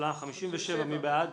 מי בעד,